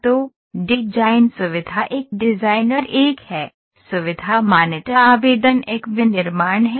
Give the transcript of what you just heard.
तो डिजाइन सुविधा एक डिजाइनर एक है सुविधा मान्यता आवेदन एक विनिर्माण है